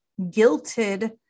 guilted